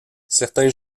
certains